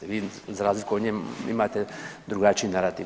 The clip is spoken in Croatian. Vi za razliku od nje imate drugačiji narativ.